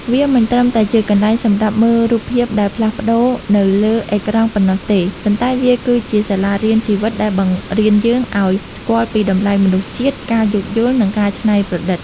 វាមិនត្រឹមតែជាកន្លែងសម្រាប់មើលរូបភាពដែលផ្លាស់ប្តូរនៅលើអេក្រង់ប៉ុណ្ណោះទេ ប៉ុន្តែវាគឺជា សាលារៀនជីវិត ដែលបង្រៀនយើងឱ្យស្គាល់ពីតម្លៃមនុស្សជាតិ ការយោគយល់ និងការច្នៃប្រឌិត។